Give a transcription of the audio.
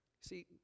See